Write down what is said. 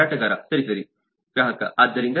ಮಾರಾಟಗಾರ ಸರಿ ಸರಿ ಗ್ರಾಹಕ ಆದ್ದರಿಂದ